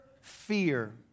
fear